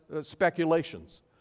speculations